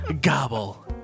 Gobble